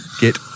get